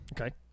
Okay